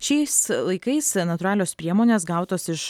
šiais laikais natūralios priemonės gautos iš